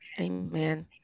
Amen